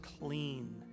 clean